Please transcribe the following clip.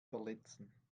verletzen